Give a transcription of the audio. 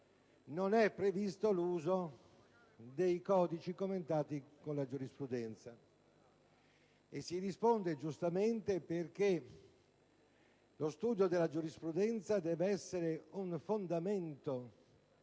non sia previsto l'uso dei codici commentati con la giurisprudenza. Si risponde giustamente che lo studio della giurisprudenza deve essere un fondamento